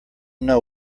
know